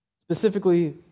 Specifically